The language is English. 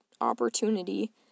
opportunity